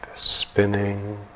spinning